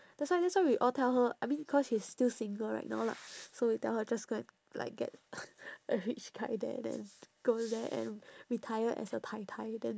that's why that's why we all tell her I mean cause she is still single right now lah so we tell her just go and like get a rich guy there then go there and retire as a tai tai then